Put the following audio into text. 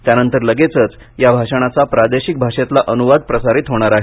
त्यानंतर लगेचच या भाषणाचा प्रादेशिक भाषेतला अनुवाद प्रसारित होणार आहे